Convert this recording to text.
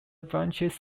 branches